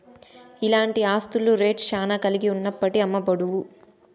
ఇలాంటి ఆస్తుల రేట్ శ్యానా కలిగి ఉన్నప్పటికీ అమ్మబడవు